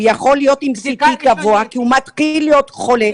הוא יכול להיות עם CT גבוה כי הוא מתחיל להיות חולה,